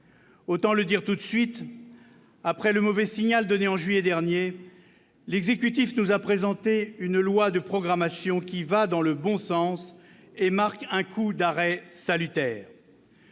Autant le dire tout de suite, après le mauvais signal donné en juillet dernier, l'exécutif nous a présenté une loi de programmation qui va dans le bon sens et marque un coup d'arrêt salutaire.